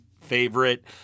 favorite